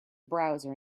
browser